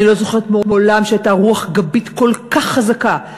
אני לא זוכרת שהייתה מעולם רוח גבית כל כך חזקה,